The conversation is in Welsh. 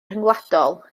rhyngwladol